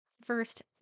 First